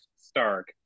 Stark